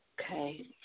Okay